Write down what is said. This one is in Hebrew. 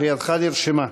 קריאתך נרשמה.